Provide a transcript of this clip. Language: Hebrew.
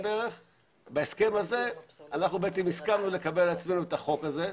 בערך ובהסכם הזה אנחנו הסכמנו לקבל על עצמנו את החוק הזה,